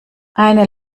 eine